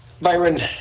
Byron